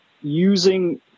using